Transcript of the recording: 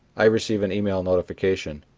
i receive an email notification.